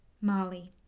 Molly